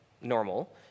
normal